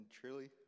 truly